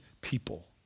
people